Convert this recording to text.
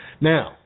Now